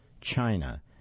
China